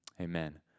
Amen